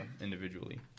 individually